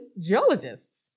geologists